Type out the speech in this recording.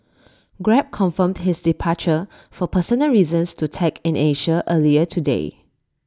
grab confirmed his departure for personal reasons to tech in Asia earlier today